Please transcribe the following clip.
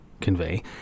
convey